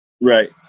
Right